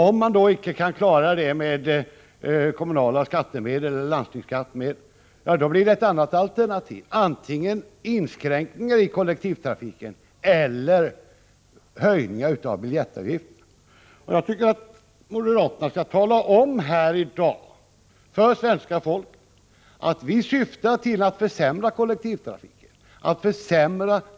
Om man icke kan klara det med kommunala eller landstingskommunala skattemedel blir det antingen inskränkningar i kollektivtrafiken eller höjningar av biljettavgifterna. Jag tycker att moderaterna här i dag skall tala om för svenska folket att de syftar till att försämra kollektivtrafik och turtäthet.